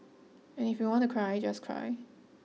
and if you want to cry just cry